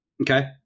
Okay